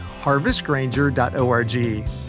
HarvestGranger.org